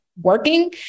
working